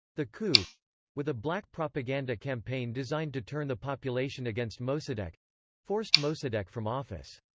the coup with a black propaganda campaign designed to turn the population against mosaddeq forced mosaddeq from office.